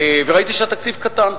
וראיתי שהתקציב קטן,